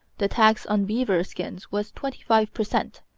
the tax on beaver skins was twenty-five per cent,